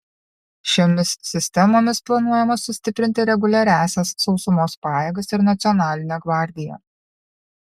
šiomis sistemomis planuojama sustiprinti reguliariąsias sausumos pajėgas ir nacionalinę gvardiją